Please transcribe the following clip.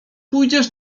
pójdziesz